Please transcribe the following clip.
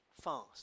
fast